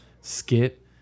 skit